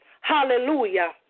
hallelujah